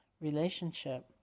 relationship